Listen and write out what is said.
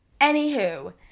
Anywho